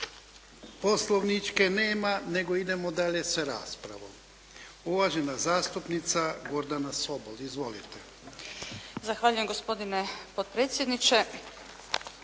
poslovničke nema, nego idemo dalje sa raspravom. Uvažena zastupnica Gordana Sobol. Izvolite. **Sobol, Gordana (SDP)** Zahvaljujem gospodine potpredsjedniče.